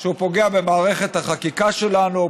שהוא פוגע במערכת החקיקה שלנו,